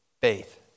faith